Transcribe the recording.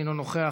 אינו נוכח,